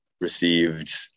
received